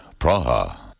Praha